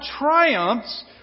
triumphs